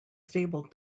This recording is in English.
stable